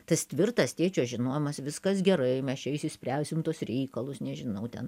tas tvirtas tėčio žinojimas viskas gerai mes čia išsispręsim tuos reikalus nežinau ten